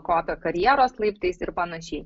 kopia karjeros laiptais ir panašiai